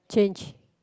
change